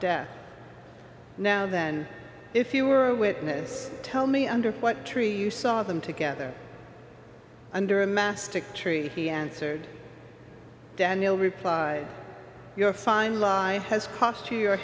death now then if you were a witness tell me under what tree you saw them together under a mastic tree he answered daniel replied your fine line has cost you your